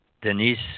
Denise